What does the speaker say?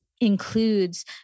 includes